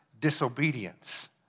disobedience